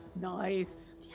Nice